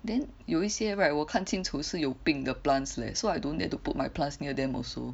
then 有一些 right 我看清楚是有病的 plants leh so I don't dare to put my plants near them also